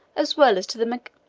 as well as to the